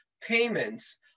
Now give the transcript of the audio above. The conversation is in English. payments